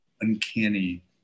Uncanny